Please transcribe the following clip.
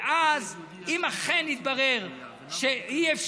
ואז אם אכן יתברר שאי-אפשר,